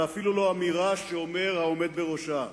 ואפילו לא אמירה שאומר העומד בראשה.